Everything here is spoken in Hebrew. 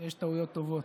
יש טעויות טובות.